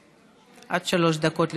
עד שלוש דקות לרשותך.